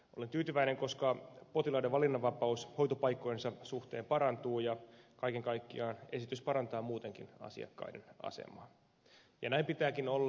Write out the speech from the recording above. olen tyytyväinen koska potilaiden valinnanvapaus hoitopaikkojensa suhteen parantuu ja kaiken kaikkiaan esitys parantaa muutenkin asiakkaiden asemaa ja näin pitääkin olla